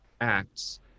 acts